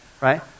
Right